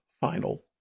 final